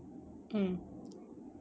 mm